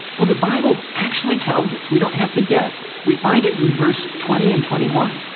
well, the bible actually tells us. we don't have to guess. we find it in verse twenty and twenty one,